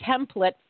template